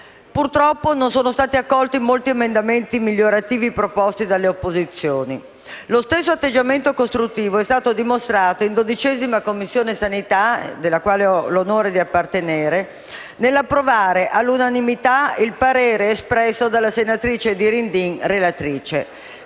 Purtroppo non sono stati accolti molti emendamenti migliorativi proposti dalle opposizioni. Lo stesso atteggiamento costruttivo è stato dimostrato in 12a Commissione, alla quale ho l'onore di appartenere, nell'approvare all'unanimità il parere espresso dalla senatrice Dirindin; un parere